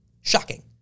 Shocking